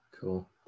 Cool